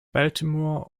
baltimore